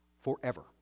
forever